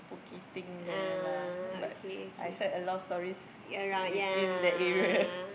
spooky thing there lah but I've heard a lot of stories in in that area